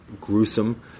gruesome